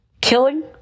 killing